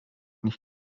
nicht